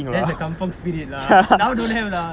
that's the kampung spirit lah now don't have lah